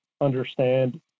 understand